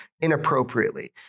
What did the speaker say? inappropriately